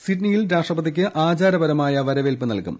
സിഡ്നിയിൽ രാഷ്ട്രപതിക്ക് ആചാരപരമായ വരവേൽപ്പ് നൽകും